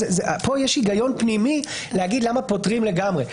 כאן יש הגיון פנימי לומר למה פוטרים לגמרי.